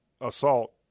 assault